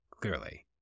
clearly